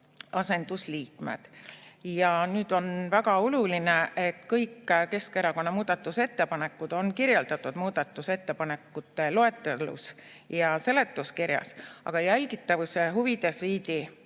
asendusliikmed. Ja nüüd on väga oluline, et kõik Keskerakonna muudatusettepanekud on kirjeldatud muudatusettepanekute loetelus ja seletuskirjas, aga jälgitavuse huvides viidi